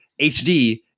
HD